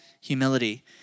humility